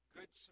Good